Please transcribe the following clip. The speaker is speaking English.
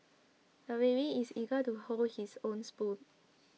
the baby is eager to hold his own spoon